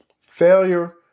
Failure